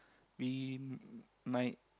we might